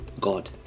God